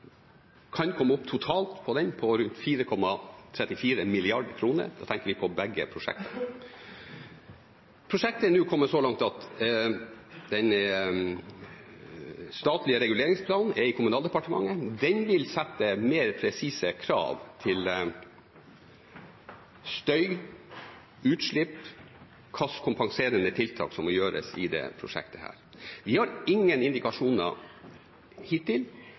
kan komme opp på rundt 4,34 mrd. kr – da tenker vi på begge prosjektene. Prosjektet er nå kommet så langt at den statlige reguleringsplanen er i Kommunal- og moderniseringsdepartementet. Den vil sette mer presise krav til støy, utslipp og hvilke kompenserende tiltak som må gjøres i dette prosjektet. Vi har ingen indikasjoner hittil